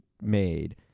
made